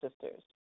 Sisters